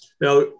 now